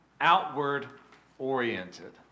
outward-oriented